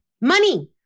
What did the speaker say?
Money